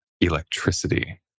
electricity